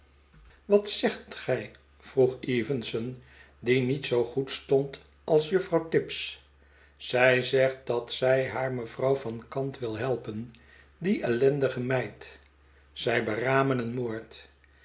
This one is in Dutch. wat zegt zij vroeg evenson die niet zoo goed stond als juffrouw tibbs zij zegt dat zij haar mevrouw van kant wil helpen die ellendige meid zij beramen een moord